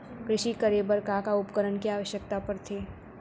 कृषि करे बर का का उपकरण के आवश्यकता परथे?